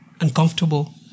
uncomfortable